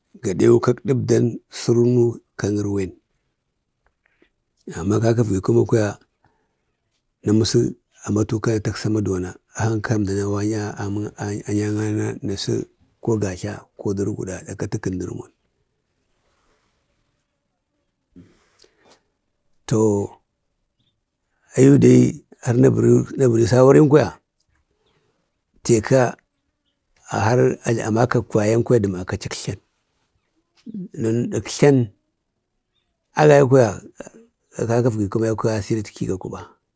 Gaɗew kak ɗəbdan masərənu kak ərwen. Amma kak əgvi kəma kwaya na məsək amatuka awanya anyaga na nasi ko gatta ko dərguɗa da kati kəndərⱱon. To aya dai har naɓeri sawarin kwaya, teka har amakan vayan kwaya kaka əgvi kəma yau kwaya asiritki ga kuɓa,